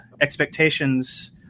expectations